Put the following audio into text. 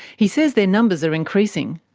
he says their numbers are increasing.